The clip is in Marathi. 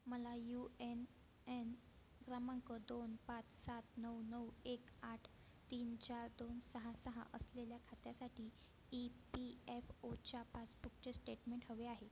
मला यू एन एन क्रमांक दोन पाच सात नऊ नऊ एक आठ तीन चार दोन सहा सहा असलेल्या खात्यासाठी ई पी एफ ओच्या पासबुकचे स्टेटमेंट हवे आहे